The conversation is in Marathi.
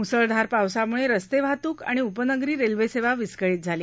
मुसळधार पावसामुळं रस्ते वाहतुक आणि उपनगरी रेल्वे सेवा विस्कळित झाली